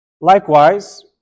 Likewise